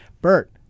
Bert